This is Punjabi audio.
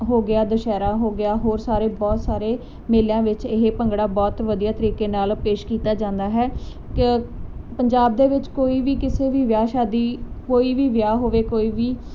ਹੋ ਗਿਆ ਦੁਸ਼ਹਿਰਾ ਹੋ ਗਿਆ ਹੋਰ ਸਾਰੇ ਬਹੁਤ ਸਾਰੇ ਮੇਲਿਆਂ ਵਿੱਚ ਇਹ ਭੰਗੜਾ ਬਹੁਤ ਵਧੀਆ ਤਰੀਕੇ ਨਾਲ ਪੇਸ਼ ਕੀਤਾ ਜਾਂਦਾ ਹੈ ਕਿ ਪੰਜਾਬ ਦੇ ਵਿੱਚ ਕੋਈ ਵੀ ਕਿਸੇ ਵੀ ਵਿਆਹ ਸ਼ਾਦੀ ਕੋਈ ਵੀ ਵਿਆਹ ਹੋਵੇ ਕੋਈ ਵੀ